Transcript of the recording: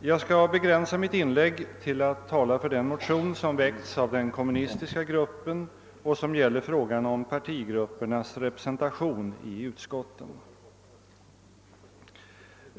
Jag skall begränsa mitt inlägg till att tala för den motion som väckts av den kommunistiska gruppen och som gäller frågan om partigruppernas representation i utskotten.